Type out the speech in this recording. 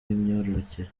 bw’imyororokere